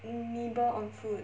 nibble on food